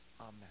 Amen